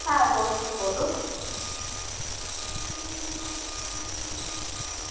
হ্যাঁ বলছি বলুন